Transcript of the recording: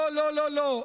בהסכמה, לא לא לא.